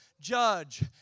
judge